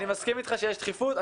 אני מסכים איתך שיש דחיפות,